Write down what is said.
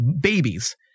babies